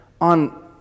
on